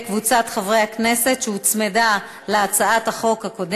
שנייה ושלישית לוועדה המוסמכת לדון בהצעת החוק,